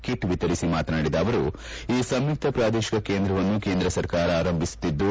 kit ವಿತರಿಸಿ ಮಾತನಾಡಿದ ಅವರು ಈ ಸಂಯುಕ್ತ ಪ್ರಾದೇಶಿಕ ಕೇಂದ್ರವನ್ನು ಕೇಂದ್ರ ಸರ್ಕಾರ ಆರಂಭಿಸುತ್ತಿದ್ದು